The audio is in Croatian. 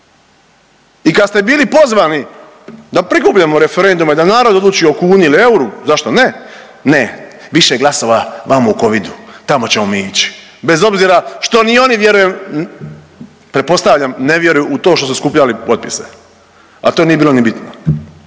I kad ste bili pozvani da prikupljamo referendume i da narod odlučuje o kuni ili euro zašto ne, ne više glasova vamo u Covidu, tamo ćemo mi ići bez obzira što ni oni vjerujem, pretpostavljam ne vjeruju u to što su skupljali potpise, al to nije bilo ni bitno.